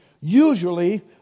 usually